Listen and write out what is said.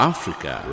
Africa